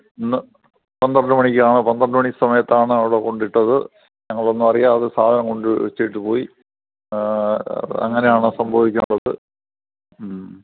ഇന്ന് പന്ത്രണ്ടു മണിക്കാണ് പന്ത്രണ്ടു മണി സമയത്താണ് അവിടെ കൊണ്ടിട്ടത് ഞങ്ങളൊന്നും അറിയാതെ സാധനം കൊണ്ട് വച്ചിട്ട് പോയി അങ്ങനെയാണ് സംഭവിക്കാറുള്ളത്